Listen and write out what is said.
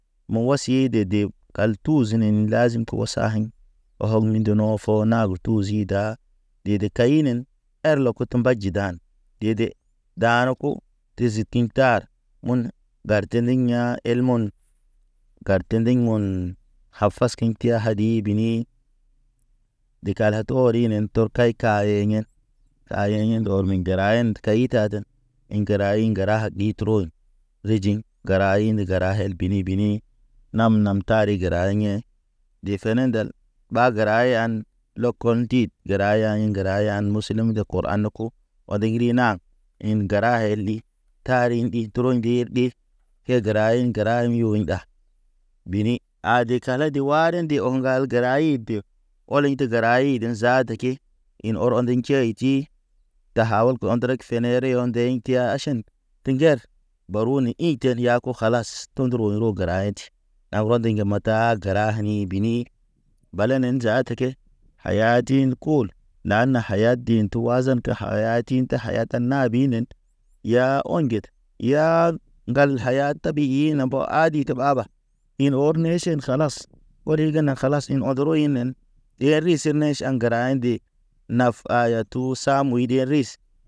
Mo̰ wɔsi de deb kaltu zinen lazim ko kog saŋin, o hog ni ndo no fo nagud. Tu zi da, ɗe de kaynen, her lo koto mba jidan, dede. Daane ko tezi kiŋtar munə, garteliŋa el mɔn, garte ndiŋ mɔn. Ha fas kiɲ teya hadi bini, de kala torinen tor kay yenen. Ka yeyen ɔr me gəra yen keyi taten, gəra ḭ gəra ɗi tron, rijiŋ, gəra indi gəra hel bini bini. Nam- nam tari gəra eɲḛ, ɗi fene ndel, ɓa gəra eɲan, lokɔn ɗit. Gəra eɲan, gəra eɲan muslim de kuran de ku, o digri na, in gəra heli tariŋ in dro ŋgir ɗi. Ke gəra in gəra ɲuwinda. Bini a de kale de ware ndi oŋ gal gəra i de, ɔliŋ te gəra de zaata ke in ɔrɔ nde kiyaytai. Da ha ɔlko ondreg fene ri ɔndeŋi teya aʃen te jer baru ne inten yako kalas tondro ne ro gəra inti. A wandə njemoto ha gəra hani bini, balenen zaata ke, a ya tin kul. La na haya din tu wa zan te haya tin te haya ta nabinen. Ya ɔŋged, yaa ŋgal haya tabi i no ɓo adi te ɓaɓa in ɔr neʃen kalas, ori ge ne kalas in ɔd rɔynen. Ɗer ris e neʃ a gəra inde, naf a yatu sa moy den ris